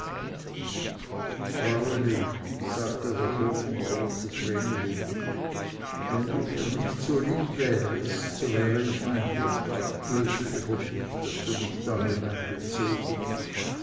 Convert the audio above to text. fraueli sagte der bodenbauer zu vreneli wenn du mir nicht so lieb wärest so wäre ich mein lebtag böse über dich daß du mich da hineingezogen